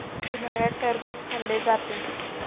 उन्हाळ्यात टरबूज खाल्ले जाते